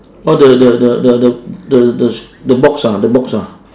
oh the the the the the the the box ah the box ah